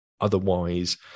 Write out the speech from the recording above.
otherwise